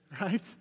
right